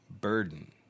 burden